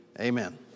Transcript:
amen